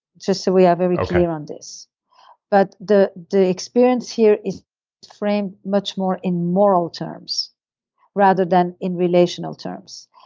just so we are very clear on this but okay the experience here is framed much more in moral terms rather than in relational terms,